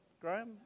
Graham